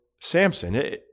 Samson